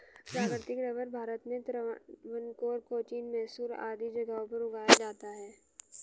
प्राकृतिक रबर भारत में त्रावणकोर, कोचीन, मैसूर आदि जगहों पर उगाया जाता है